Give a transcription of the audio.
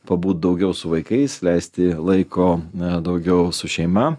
pabūt daugiau su vaikais leisti laiko ne daugiau su šeima